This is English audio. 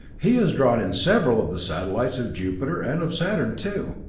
he has drawn in several of the satellites of jupiter and of saturn too.